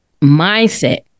mindset